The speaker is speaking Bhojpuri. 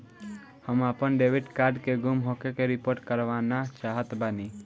हम आपन डेबिट कार्ड के गुम होखे के रिपोर्ट करवाना चाहत बानी